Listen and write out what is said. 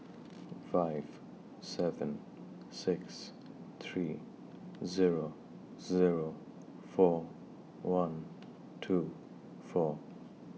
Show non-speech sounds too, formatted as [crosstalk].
[noise] five seven six three Zero Zero four one two four